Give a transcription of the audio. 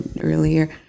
earlier